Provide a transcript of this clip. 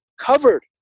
covered